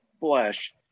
flesh